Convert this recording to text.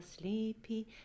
sleepy